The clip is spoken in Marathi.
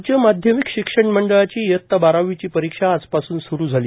राज्य माध्यमिक शिक्षण मंडळाची इयता बारावीची परीक्षा आज पासून सुरू झाली